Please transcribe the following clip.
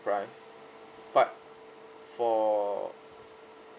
price but for